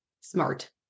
SMART